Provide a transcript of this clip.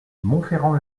montferrand